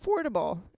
affordable